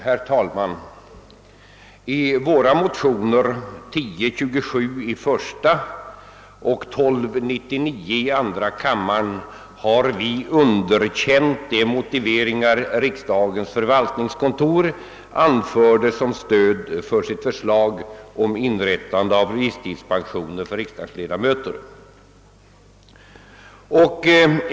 Herr talman! I våra motioner I: 1027 och II: 1299 har vi underkänt de motiveringar som riksdagens förvaltnings kontor anför som stöd för sitt förslag om inrättande av visstidspensioner åt riksdagsledamöter.